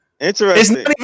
Interesting